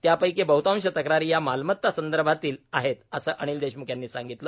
त्यापैकी बहुतांश तक्रारी या मालमत्ता संदर्भातील आहे असे अनिल देशमुख यांनी सांगितलं